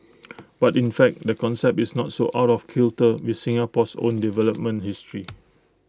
but in fact the concept is not so out of kilter with Singapore's own development history